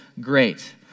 great